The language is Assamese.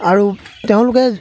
আৰু তেওঁলোকে